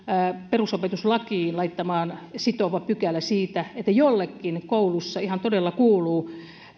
perusopetuslakiin laittamaan sitova pykälä siitä että jollekin koulussa ihan todella kuuluu